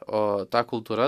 o ta kultūra